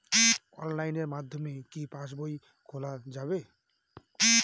অনলাইনের মাধ্যমে কি পাসবই খোলা যাবে?